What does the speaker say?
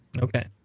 Okay